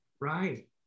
Right